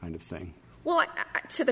kind of thing what to the